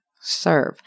serve